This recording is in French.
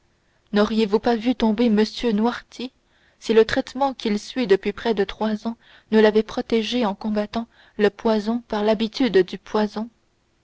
n'auriez-vous pas vu tomber m noirtier si le traitement qu'il suit depuis près de trois ans ne l'avait protégé en combattant le poison par l'habitude du poison